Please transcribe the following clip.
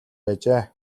байжээ